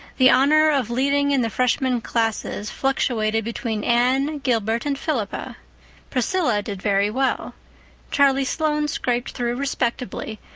the honor of leading in the freshman classes fluctuated between anne, gilbert and philippa priscilla did very well charlie sloane scraped through respectably,